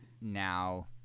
Now